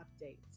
updates